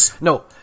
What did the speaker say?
No